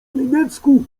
niemiecku